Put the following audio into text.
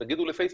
תגידו לפייסבוק,